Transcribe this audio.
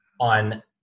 on